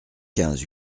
quinze